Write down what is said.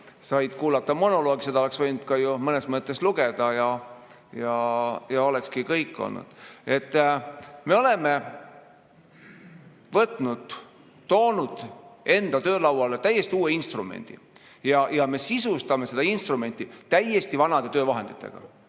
Sai kuulata monoloogi. Seda oleks võinud mõnes mõttes ka kusagilt lugeda, ja olekski kõik olnud. Me oleme toonud enda töölauale täiesti uue instrumendi, aga me sisustame seda instrumenti täiesti vanade töövahenditega.